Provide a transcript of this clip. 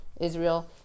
Israel